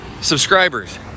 subscribers